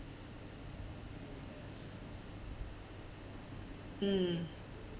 mm